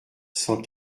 cent